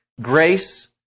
grace